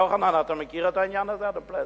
יוחנן, אתה מכיר את העניין הזה, אדון פלסנר?